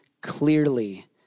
clearly